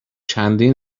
چندین